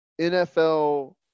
NFL